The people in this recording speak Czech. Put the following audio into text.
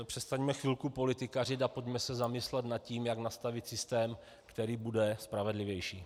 Přestaňme chvilku politikařit a pojďme se zamyslet nad tím, jak nastavit systém, který bude spravedlivější.